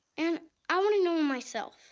and i want to know him myself.